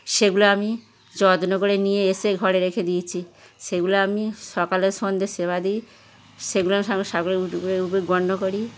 সেগুলো আমি যত্ন করে নিয়ে এসে ঘরে রেখে দিয়েছি সেগুলো আমি সকালে সন্ধে সেবা দিই সেগুলোর সঙ্গে সকালে এবং দুপুরে গণ্য করি